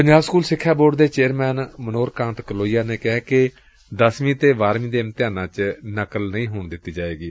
Punjab school ਸਿਖਿਆ board ਦੇ chairman Manohar Kant Kalohia ਨੇ ਕਿਹੈ ਕਿ ਦਸਵੀਂ ਤੇ ਬਾਰਵੀਂ ਦੇ ਇਮਤਿਹਾਨਾਂ ਚ ਨਕਲ ਨਹੀਂ ਹੋਣ ਦਿੱਤੀ ਜਾਏਗੀ